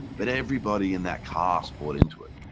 but everybody in that cast were into it.